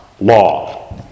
Law